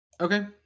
okay